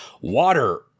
water